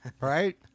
Right